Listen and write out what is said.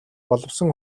боловсон